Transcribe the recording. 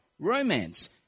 romance